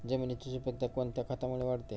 जमिनीची सुपिकता कोणत्या खतामुळे वाढते?